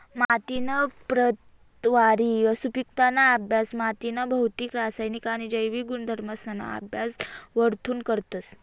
मातीनी प्रतवारी, सुपिकताना अभ्यास मातीना भौतिक, रासायनिक आणि जैविक गुणधर्मसना अभ्यास वरथून करतस